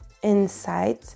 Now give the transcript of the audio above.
inside